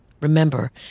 Remember